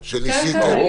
-- שניסתם.